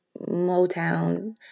Motown